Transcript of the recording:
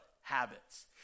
habits